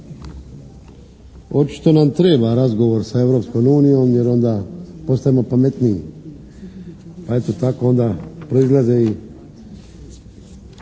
Očito nam treba razgovor sa Europskom unijom jer onda postajemo pametniji. Pa eto tako onda proizlaze i